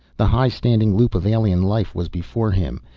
the high-standing loop of alien life was before him,